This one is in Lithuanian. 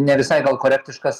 ne visai gal korektiškas